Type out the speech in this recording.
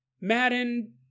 Madden